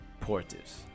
Portis